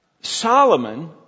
Solomon